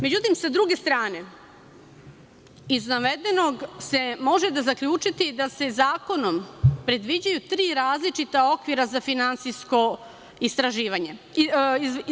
Međutim, sa druge strane, iz navedenog se može zaključiti da se zakonom predviđaju tri različita okvira za finansijsko izveštavanje.